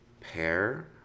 pair